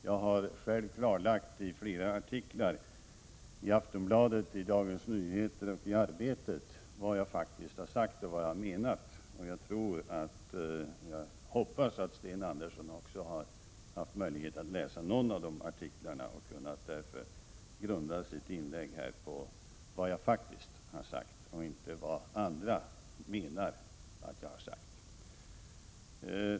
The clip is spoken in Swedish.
Jag har själv i flera artiklar i Aftonbladet, Dagens Nyheter och Arbetet klarlagt vad jag faktiskt har sagt och menat, och det hade varit bra om också Sten Andersson hade haft möjlighet att läsa någon av artiklarna, så att han hade kunnat grunda sitt inlägg här på vad jag faktiskt har sagt och inte på vad andra menar att jag har sagt.